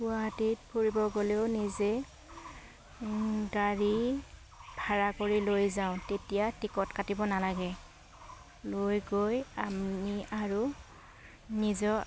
গুৱাহাটীত ফুৰিব গ'লেও নিজে গাড়ী ভাড়া কৰি লৈ যাওঁ তেতিয়া টিকট কাটিব নালাগে লৈ গৈ আমি আৰু নিজৰ